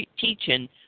teaching